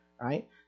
Right